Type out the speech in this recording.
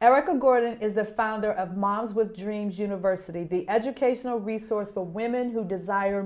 erica gordon is the founder of models with dreams university the educational resource the women who desire